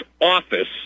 Office